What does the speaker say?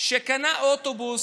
שקנה אוטובוס,